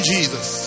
Jesus